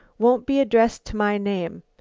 won't be addressed to my name.